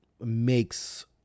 makes